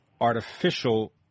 artificial